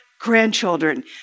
grandchildren